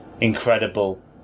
incredible